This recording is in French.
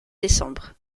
décembre